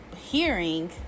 hearing